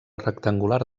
rectangular